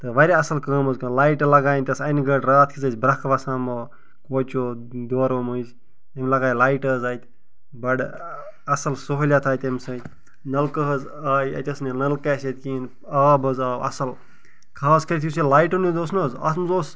تہٕ واریاہ اصٕل کٲم حظ کران لایٹہٕ لَگایَن ییٚتہِ ٲس اَنہِ گٔٹ رات کیٛتھ ٲسۍ برٛیٚکھ وَسان یِمو کوچو دورو مٔنٛزۍ أمۍ لَگایہِ لایٹہٕ حظ اَتۍ بَڑٕ اصٕل سہوٗلیت آیہِ تَمہِ سۭتۍ نَلکہٕ حظ آیہِ اَتہِ ٲسنہٕ نَلکہٕ اسہِ ییٚتہِ کِہیٖنۍ آب حظ آو اصٕل خاص کٔرِتھ یُس یہِ لایٹَن ہُنٛد اوس نا حظ اَتھ منٛز اوس